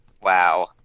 Wow